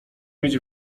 mieć